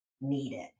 needed